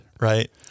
right